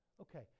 Okay